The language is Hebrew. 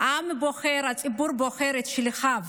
העם הבוחר, הציבור בוחר, את שליחיו,